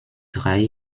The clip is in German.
drei